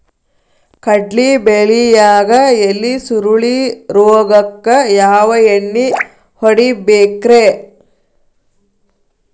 ಕಡ್ಲಿ ಬೆಳಿಯಾಗ ಎಲಿ ಸುರುಳಿ ರೋಗಕ್ಕ ಯಾವ ಎಣ್ಣಿ ಹೊಡಿಬೇಕ್ರೇ?